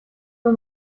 nur